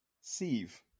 sieve